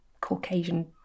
Caucasian